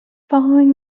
following